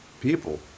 people